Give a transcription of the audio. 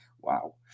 Wow